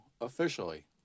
officially